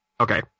Okay